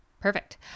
Perfect